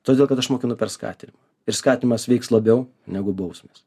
todėl kad aš mokinu per skatinimą ir skatinimas veiks labiau negu bausmės